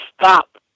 stop